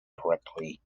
correctly